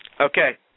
Okay